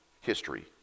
history